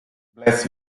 bless